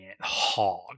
hog